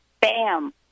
Bam